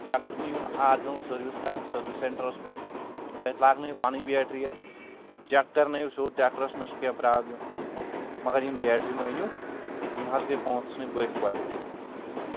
tractor نِیِو original service کرنہِ service centres پٮ۪ٹھ تتہِ لاگنٲیو پنٕنۍ بیٹری یتھ چیک کرنٲیو سیٚود ٹریٚکٹرس ما چھِ کینٛہہ پرابلم مگر یم بیٹری مہٕ أنِو یم حظ گٔے پونٛسہِ ژھٕنٕنۍ بٔلۍ کۄلہِ